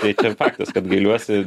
tai faktas kad gailiuosi